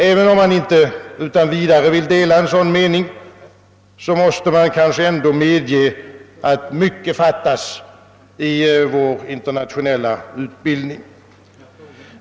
Även om man inte utan vidare vill dela en sådan mening, måste man ändå medge att mycket fattas i vår internationella utbildning.